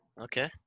Okay